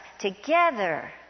Together